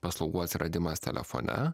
paslaugų atsiradimas telefone